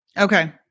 Okay